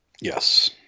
Yes